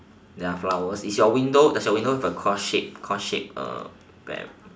there are flowers is your window does your window have a cross shape cross shape err